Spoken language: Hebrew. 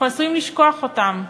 אנחנו עשויים לשכוח אותן,